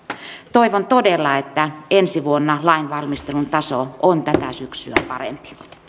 toivon todella että ensi vuonna lainvalmistelun taso on tätä syksyä parempi